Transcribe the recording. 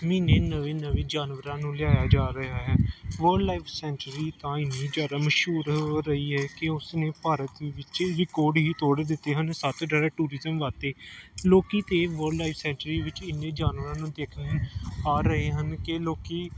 ਮਹੀਨੇ ਨਵੇਂ ਨਵੇਂ ਜਾਨਵਰਾਂ ਨੂੰ ਲਿਆਇਆ ਜਾ ਰਿਹਾ ਹੈ ਵਾਈਲਡ ਲਾਈਫ ਸੈਂਚਰੀ ਤਾਂ ਇੰਨੀ ਜ਼ਿਆਦਾ ਮਸ਼ਹੂਰ ਹੋ ਰਹੀ ਹੈ ਕਿ ਉਸ ਨੇ ਭਾਰਤ ਵਿੱਚ ਰਿਕਾਰਡ ਹੀ ਤੋੜ ਦਿੱਤੇ ਹਨ ਸੱਤ ਡਾਰ ਟੂਰਿਜ਼ਮ ਵਾਸਤੇ ਲੋਕ ਤਾਂ ਵਾਈਲਡ ਲਾਈਫ ਸੈਂਚਰੀ ਵਿੱਚ ਇੰਨੇ ਜਾਨਵਰਾਂ ਨੂੰ ਦੇਖਣ ਆ ਰਹੇ ਹਨ ਕਿ ਲੋਕ